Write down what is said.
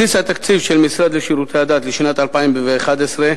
בסיס התקציב של המשרד לשירותי הדת לשנת 2011